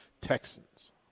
Texans